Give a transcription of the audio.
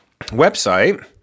website